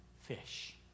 fish